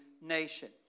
nation